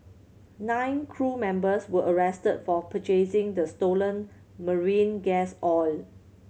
nine crew members were arrested for purchasing the stolen marine gas oil